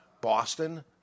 Boston